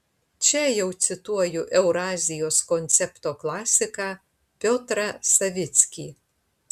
čia jau cituoju eurazijos koncepto klasiką piotrą savickį